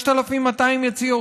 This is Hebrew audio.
6,200 יציאות,